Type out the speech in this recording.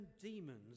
demons